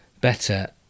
better